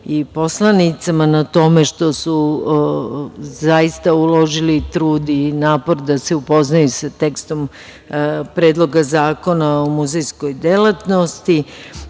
i poslanicama na tome što su zaista uložili trud i napor da se upoznaju sa tekstom Predloga zakona o muzejskoj delatnosti. Pažljivo